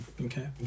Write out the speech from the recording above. Okay